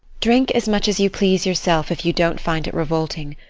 drink as much as you please yourself if you don't find it revolting,